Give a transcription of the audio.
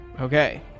okay